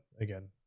again